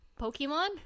Pokemon